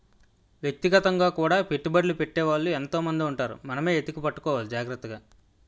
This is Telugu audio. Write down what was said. వ్యక్తిగతంగా కూడా పెట్టుబడ్లు పెట్టే వాళ్ళు ఎంతో మంది ఉంటారు మనమే ఎతికి పట్టుకోవాలి జాగ్రత్తగా